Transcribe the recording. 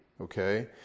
Okay